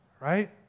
Right